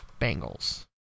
Bengals